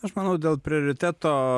aš manau dėl prioriteto